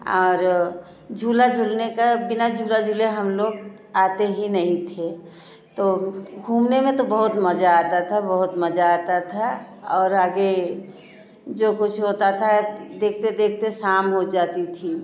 और झूला झूलने का बिना झूला झूले हम लोग आते ही नहीं थे तो घूमने में तो बहुत मजा आता था बहुत मजा आता था और आगे जो कुछ होता था देखते देखते शाम हो जाती थी